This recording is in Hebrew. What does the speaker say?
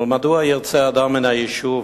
אבל מדוע ירצה אדם מהיישוב,